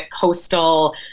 coastal